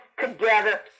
together